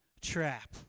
trap